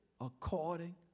according